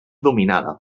dominada